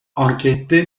ankette